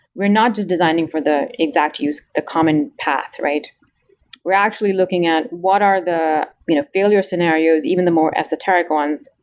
we're not just designing for the exact use, the common path. we're actually looking at what are the you know failure scenarios, even the more esoteric ones,